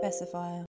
specifier